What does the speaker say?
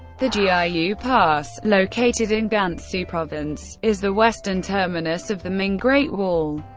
the jiayu pass, located in gansu province, is the western terminus of the ming great wall.